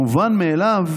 מובן מאליו,